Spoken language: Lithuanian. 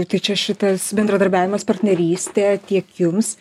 tai čia šitas bendradarbiavimas partnerystė tiek jums